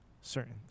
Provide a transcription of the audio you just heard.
certain